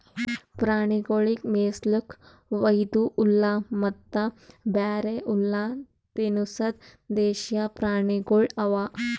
ಪ್ರಾಣಿಗೊಳಿಗ್ ಮೇಯಿಸ್ಲುಕ್ ವೈದು ಹುಲ್ಲ ಮತ್ತ ಬ್ಯಾರೆ ಹುಲ್ಲ ತಿನುಸದ್ ದೇಶೀಯ ಪ್ರಾಣಿಗೊಳ್ ಅವಾ